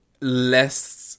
less